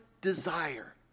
desire